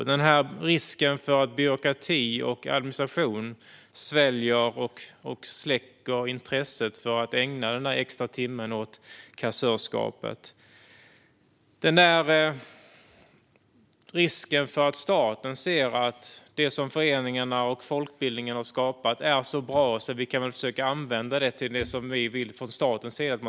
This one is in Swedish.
Vidare finns en risk för att byråkrati och administration släcker intresset för att ägna den där extra timmen åt kassörskapet, liksom en risk för att staten ser att det som föreningarna och folkbildningen har skapat är så bra att man försöker använda det till det man från statens sida vill.